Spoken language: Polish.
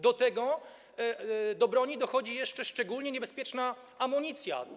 Do tego do broni dochodzi jeszcze szczególnie niebezpieczna amunicja.